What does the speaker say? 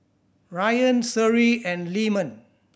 Ryan Seri and Leman